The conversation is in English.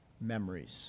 Memories